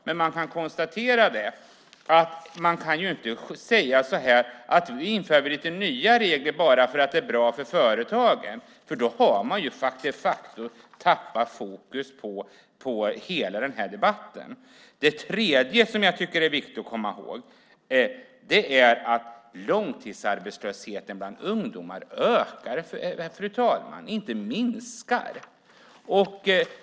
Men vi kan konstatera att man inte kan säga att man inför lite nya regler bara för att det är bra för företagen. Då har man de facto tappat fokus på hela debatten. Det tredje som jag tycker är viktigt att komma ihåg är att långtidsarbetslösheten bland ungdomar ökar, fru talman. Den minskar inte.